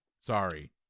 Sorry